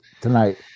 tonight